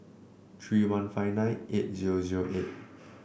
three one five nine eight zero zero eight